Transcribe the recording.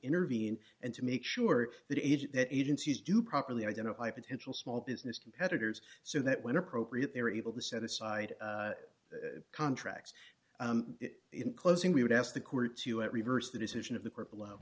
in and to make sure that age that agencies do properly identify potential small business competitors so that when appropriate they're able to set aside contracts in closing we would ask the court to at reverse the decision of the court below